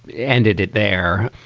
ended it there.